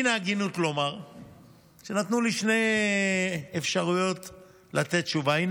מן ההגינות לומר שנתנו לי שתי אפשרויות לתת תשובה.